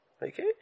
Okay